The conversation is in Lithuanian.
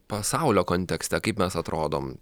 pasaulio kontekste kaip mes atrodom